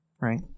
Right